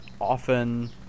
often